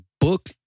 book